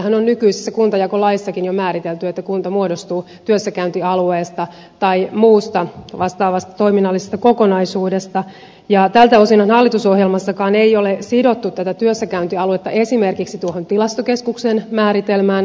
meillähän on nykyisessä kuntajakolaissakin jo määritelty että kunta muodostuu työssäkäyntialueesta tai muusta vastaavasta toiminnallisesta kokonaisuudesta ja tältä osinhan hallitusohjelmassakaan ei ole sidottu tätä työssäkäyntialuetta esimerkiksi tuohon tilastokeskuksen määritelmään